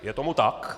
Je tomu tak?